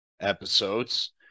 episodes